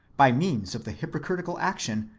by means of the hypocritical action,